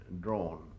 drawn